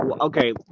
Okay